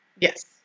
Yes